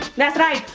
that's right,